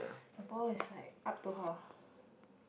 the ball is like up to her